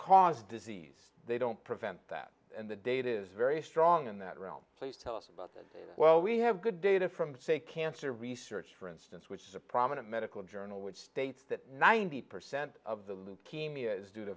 cause disease they don't prevent that and the data is very strong in that realm please tell us about this well we have good data from say cancer research for instance which is a prominent medical journal which states that ninety percent of the leukemia is due the